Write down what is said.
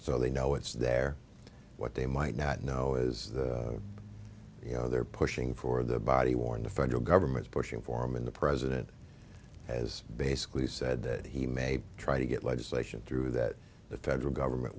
so they know it's there what they might not know is you know they're pushing for the body worn the federal government's pushing form and the president has basically said that he may try to get legislation through that the federal government